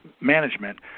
management –